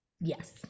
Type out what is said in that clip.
Yes